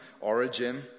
origin